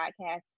podcast